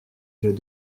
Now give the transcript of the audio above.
jets